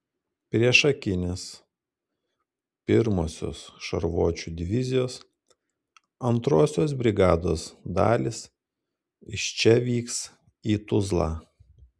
priešakinės pirmosios šarvuočių divizijos antrosios brigados dalys iš čia vyks į tuzlą